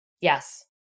Yes